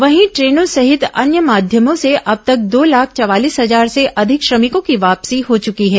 वहीं ट्रेनों सहित अन्य माध्यमों से अब तक दो लाख चवालीस हजार से अधिक श्रमिकों की वापसी हो चुकी है